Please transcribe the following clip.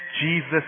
Jesus